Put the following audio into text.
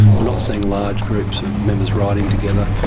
we're not seeing large groups of members riding together,